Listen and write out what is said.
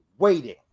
Waiting